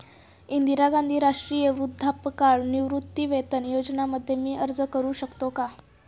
इंदिरा गांधी राष्ट्रीय वृद्धापकाळ निवृत्तीवेतन योजना मध्ये मी अर्ज का करू शकतो का?